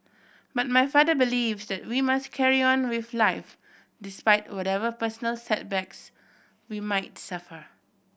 but my father believe that we must carry on with life despite whatever personal setbacks we might suffer